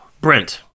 brent